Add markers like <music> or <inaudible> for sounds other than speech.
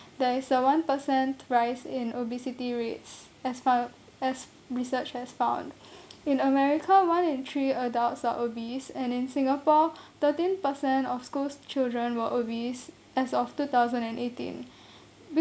there is a one percent rise in obesity rates as far as research has found <breath> in america one in three adults are obese and in singapore <breath> thirteen percent of schools children were obese as of two thousand and eighteen <breath>